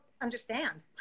understand